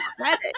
credit